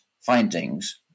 findings